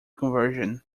conversion